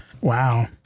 Wow